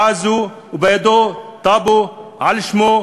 ובידו טאבו על שמו,